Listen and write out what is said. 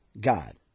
God